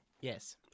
Yes